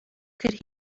could